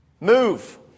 Move